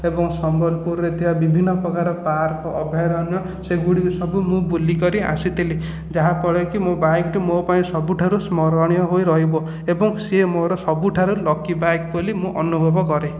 ଏବଂ ସମ୍ବଲପୁରରେ ଥିବା ବିଭିନ୍ନ ପ୍ରକାର ପାର୍କ ଅଭୟାରଣ୍ୟ ସେଗୁଡ଼ିକ ସବୁ ମୁଁ ବୁଲିକରି ଆସିଥିଲି ଯାହାଫଳରେ କି ମୋ ବାଇକ୍ ମୋ ପାଇଁ ସବୁଠାରୁ ସ୍ମରଣୀୟ ହୋଇ ରହିବ ଏବଂ ସିଏ ମୋର ସବୁଠାରୁ ଲକି ବାଇକ୍ ବୋଲି ମୁଁ ଅନୁଭବ କରେ